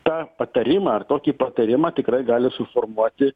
tą patarimą ar tokį patarimą tikrai gali suformuoti